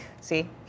See